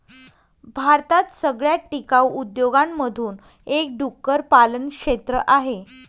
भारतात सगळ्यात टिकाऊ उद्योगांमधून एक डुक्कर पालन क्षेत्र आहे